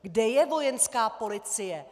Kde je Vojenská policie?